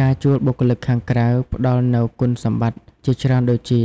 ការជួលបុគ្គលិកខាងក្រៅផ្តល់នូវគុណសម្បត្តិជាច្រើនដូចជា